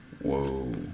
Whoa